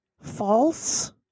false